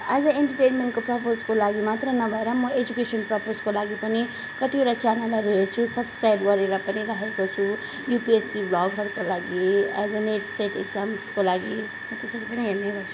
आज इन्टरटेनमेन्टको परपोजको लागि मात्र नभएर म एजुकेसनको परपोजको लागि पनि कतिवटा च्यानलहरू हेर्छु सब्स्क्राइब गरेर पनि राखेको छु युपिएससी भ्लगहरूको लागि अझै नेट सेट एक्जाम्सको लागि म त्यसरी पनि हेर्ने गर्छु